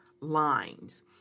lines